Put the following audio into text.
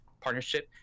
partnership